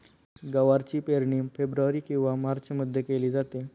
गवारची पेरणी फेब्रुवारी किंवा मार्चमध्ये केली जाते